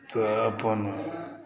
तऽ अपन